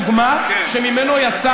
בג"ץ אלון מורה הוא דוגמה שממנה יצא